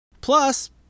Plus